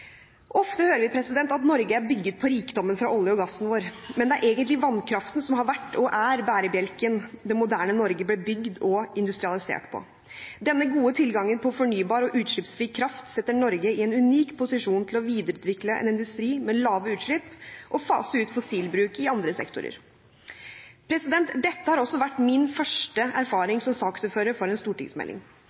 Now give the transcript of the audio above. Ofte hører vi at Norge er bygd på rikdommen fra oljen og gassen vår, men det er egentlig vannkraften som har vært, og er, bærebjelken det moderne Norge ble bygd og industrialisert på. Denne gode tilgangen på fornybar og utslippsfri kraft setter Norge i en unik posisjon til å videreutvikle en industri med lave utslipp og fase ut fossilbruk i andre sektorer. Dette har også vært min første erfaring som saksordfører for en stortingsmelding.